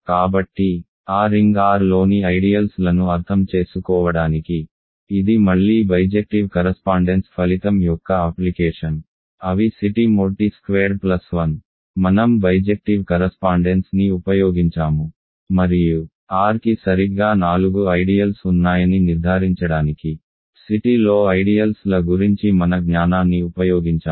కాబట్టి ఆ రింగ్ Rలోని ఐడియల్స్ లను అర్థం చేసుకోవడానికి ఇది మళ్లీ బైజెక్టివ్ కరస్పాండెన్స్ ఫలితం యొక్క అప్లికేషన్ అవి C t mod t square plus 1 మనం బైజెక్టివ్ కరస్పాండెన్స్ని ఉపయోగించాము మరియు R కి సరిగ్గా నాలుగు ఐడియల్స్ ఉన్నాయని నిర్ధారించడానికి C tలో ఐడియల్స్ ల గురించి మన జ్ఞానాన్ని ఉపయోగించాము